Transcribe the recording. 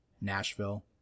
Nashville